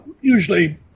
usually